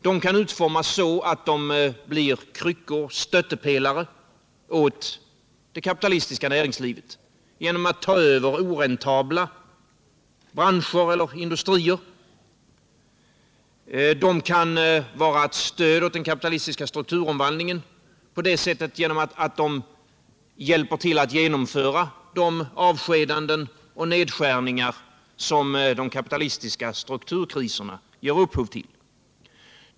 De kan utformas så att de blir kryckor, stöttepelare åt det kapitalistiska näringslivet genom att ta över oräntabla branscher eller industrier. De kan vara ett stöd åt den kapitalistiska strukturomvandlingen på det sättet att de hjälper till att genomföra de avskedanden och nedskärningar som de kapitalistiska strukturkriserna ger upphov till.